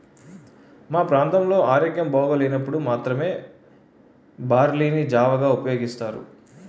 మా ప్రాంతంలో ఆరోగ్యం బాగోలేనప్పుడు మాత్రమే బార్లీ ని జావగా ఉపయోగిస్తారు